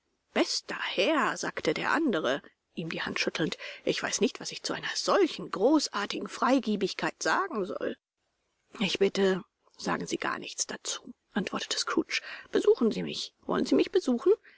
bester herr sagte der andere ihm die hand schüttelnd ich weiß nicht was ich zu einer solchen großartigen freigebigkeit sagen soll ich bitte sagen sie gar nichts dazu antwortete scrooge besuchen sie mich wollen sie mich besuchen